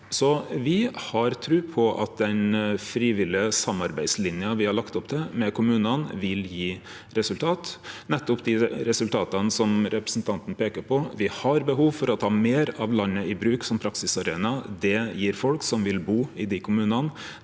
me har tru på at den frivillige samarbeidslinja me har lagt opp til med kommunane, vil gje resultat, nettopp dei resultata som representanten peikar på. Me har behov for å ta meir av landet i bruk som praksisarena. Det gjev folk som vil bu i dei kommunane.